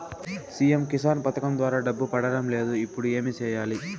CM Kisan పథకం ద్వారా డబ్బు పడడం లేదు ఇప్పుడు ఏమి సేయాలి